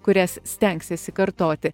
kurias stengsiesi kartoti